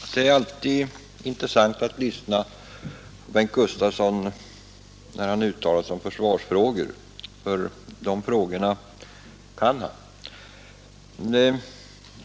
Herr talman! Det är alltid intressant att lyssna på herr Gustavsson i Eskilstuna när han uttalar sig om försvarsfrågor, därför att han kan dessa frågor.